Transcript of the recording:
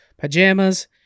Pajamas